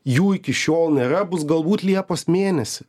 jų iki šiol nėra bus galbūt liepos mėnesį